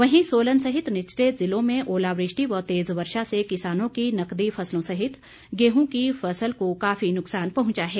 वहीं सोलन सहित निचले जिलों में ओलावृष्टि व तेज वर्षा से किसानों की नकदी फसलों सहित गेहूं की फसल को काफी नुक्सान पहुंचा है